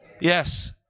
Yes